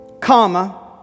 comma